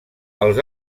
els